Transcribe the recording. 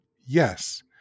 Yes